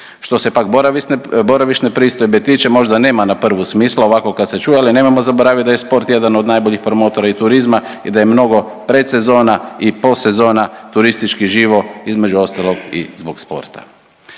Što se pak boravišne pristojbe tiče možda nema na prvu smisla ovako kad se čuje, ali nemojmo zaboraviti da je sport jedan od najboljih promotora i turizma i da je mnogi predsezona i posezona turistički živo između ostalog i zbog sporta.